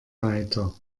weiter